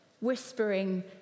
whispering